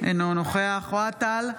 אינו נוכח אוהד טל,